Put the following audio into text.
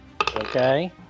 Okay